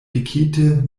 pikite